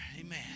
Amen